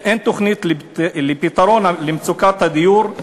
אין תוכנית לפתרון למצוקת הדיור,